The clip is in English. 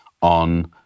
on